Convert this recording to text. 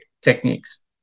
techniques